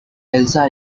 elsa